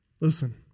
Listen